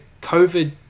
COVID